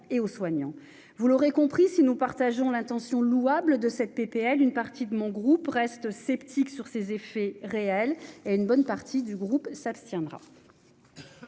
et aux soignants. Vous l'aurez compris, si nous partageons l'intention louable de ce texte, une partie du groupe RDSE reste sceptique sur ses effets réels. Aussi, une bonne partie de ses membres s'abstiendra.